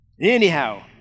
Anyhow